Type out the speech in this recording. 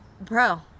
bro